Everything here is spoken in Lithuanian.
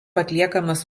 atliekamas